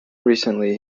recently